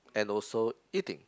and also eating